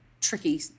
tricky